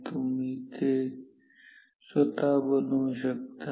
ते तुम्ही स्वतः बनवू शकता